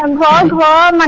um la and la um ah